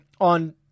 on